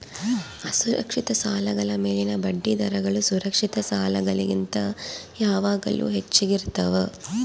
ಅಸುರಕ್ಷಿತ ಸಾಲಗಳ ಮೇಲಿನ ಬಡ್ಡಿದರಗಳು ಸುರಕ್ಷಿತ ಸಾಲಗಳಿಗಿಂತ ಯಾವಾಗಲೂ ಹೆಚ್ಚಾಗಿರ್ತವ